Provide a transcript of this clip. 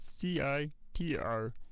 CITR